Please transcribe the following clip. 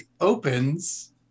opens